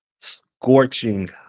scorching